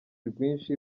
rwinshi